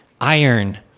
Iron